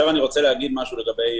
אני רוצה לדבר על